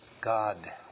God